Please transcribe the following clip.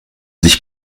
sich